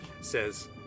says